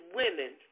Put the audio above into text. women